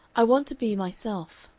i want to be myself.